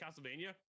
Castlevania